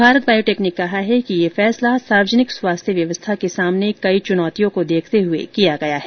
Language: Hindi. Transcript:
भारत बायोटेक ने कहा है कि यह फैसला सार्वजनिक स्वास्थ्य व्यवस्था के सामने कई चुनौतियों को देखते हुए किया गया हैं